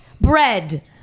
bread